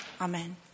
Amen